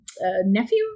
nephew